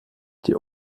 die